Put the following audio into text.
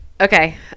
Okay